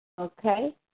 Okay